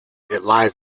lies